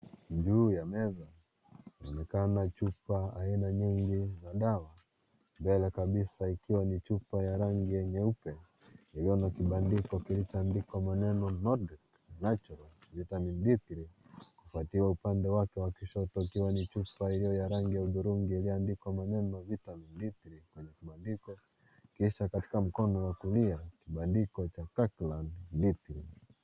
Juu ya meza kuonekena chupa aina nyingi za dawa mbele kabisa ikiwa ni chupa ya rangi ya nyeupe iliona kibandiko kilichoandikwa maneno Nordic naturals vitamin D3 wakiwa upande wake wa kushoto ikiwa ni chupa ilio ya rangi ya udhurungi iliyoandikwa maneno vitamin D3 kisha kabisa mkono wa kulia Kirkland D3 .